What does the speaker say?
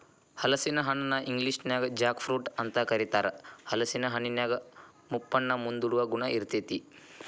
ಹಲಸಿನ ಹಣ್ಣನ ಇಂಗ್ಲೇಷನ್ಯಾಗ ಜಾಕ್ ಫ್ರೂಟ್ ಅಂತ ಕರೇತಾರ, ಹಲೇಸಿನ ಹಣ್ಣಿನ್ಯಾಗ ಮುಪ್ಪನ್ನ ಮುಂದೂಡುವ ಗುಣ ಇರ್ತೇತಿ